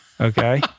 okay